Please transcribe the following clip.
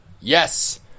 Yes